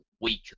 weak